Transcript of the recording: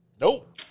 Nope